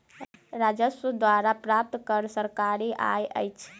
राजस्व द्वारा प्राप्त कर सरकारी आय अछि